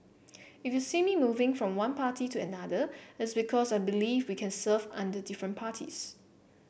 if you see me moving from one party to another it's because I believe we can serve under different parties